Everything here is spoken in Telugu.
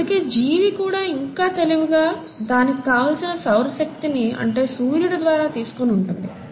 అందుకే జీవి కూడా ఇంకా తెలివిగా దానికి కావలిసిన శక్తిని సౌర శక్తి అంటే సూర్యుడి ద్వారా తీసుకుని ఉంటుంది